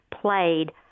played